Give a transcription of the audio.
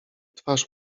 twarz